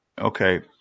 okay